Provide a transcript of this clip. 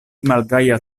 malgaja